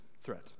threat